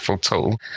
Tool